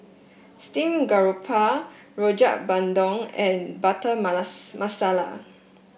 Steamed Garoupa Rojak Bandung and Butter Malasa Masala